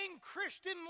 Christian